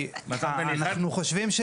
כי אנחנו חושבים,